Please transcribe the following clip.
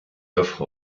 offre